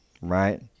right